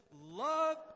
Love